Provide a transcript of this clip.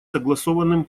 согласованным